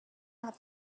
not